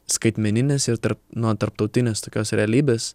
skaitmeninės ir nuo tarptautinės tokios realybės